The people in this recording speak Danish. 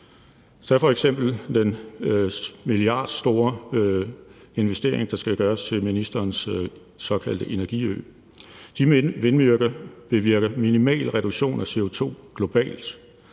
Tag f.eks. den milliardstore investering, der skal gøres, til ministerens såkaldte energiø. De vindmøller bevirker en minimal reduktion af CO2 globalt.